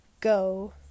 go